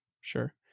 Sure